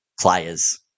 players